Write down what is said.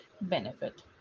benefit